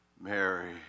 Mary